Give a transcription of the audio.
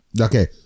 Okay